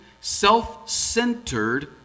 self-centered